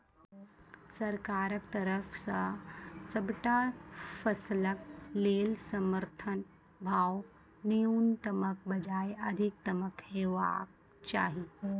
सरकारक तरफ सॅ सबटा फसलक लेल समर्थन भाव न्यूनतमक बजाय अधिकतम हेवाक चाही?